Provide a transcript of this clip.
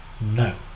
No